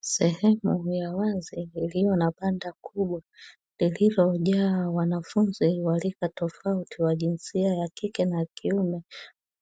Sehemu ya wazi iliyo na banda kubwa lililojaa wanafunzi wa rika tofauti wa jinsia ya kike na kiume.